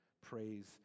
praise